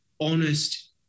honest